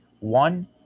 one